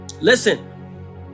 listen